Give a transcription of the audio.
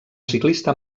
ciclista